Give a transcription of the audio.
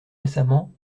récemment